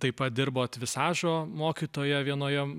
taip pat dirbot visažo mokytoja vienoje